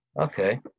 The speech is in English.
Okay